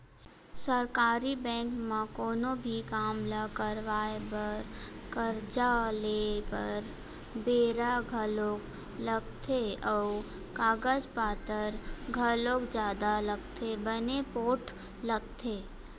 सरकारी बेंक म कोनो भी काम ल करवाय बर, करजा लेय बर बेरा घलोक लगथे अउ कागज पतर घलोक जादा लगथे बने पोठ लगथे